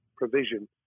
provision